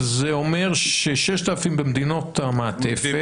זה אומר 6,000 במדינות המעטפת,